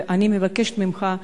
ואני מבקשת ממך,